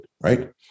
right